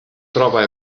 troba